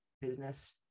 business